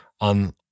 on